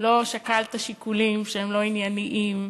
לא שקלת שיקולים שהם לא ענייניים: